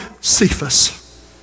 Cephas